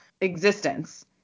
existence